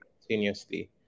continuously